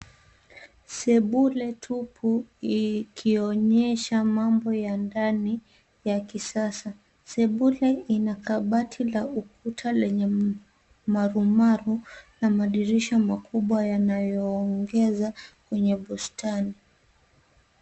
Sebule tupu ikionyesha mambo ya ndani ya kisasa. Sebule ina kabati la ukuta lenye marumaru na madirisha makubwa yanayoongeza kwenye bustani.